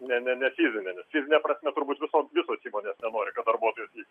ne ne ne fizine nes fizine prasme turbūt viso visos įmonės nenori kad darbuotojas į